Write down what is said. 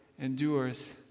endures